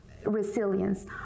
resilience